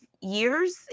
Years